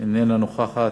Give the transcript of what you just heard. אינה נוכחת,